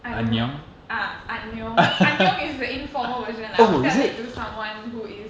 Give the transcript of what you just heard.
I don't know ah is the informal version lah I'll tell it to someone who is